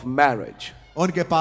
marriage